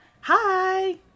Hi